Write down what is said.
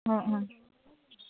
অঁ অঁ